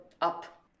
up